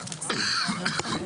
הישיבה ננעלה בשעה 12:04.